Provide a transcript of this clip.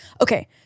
Okay